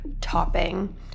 topping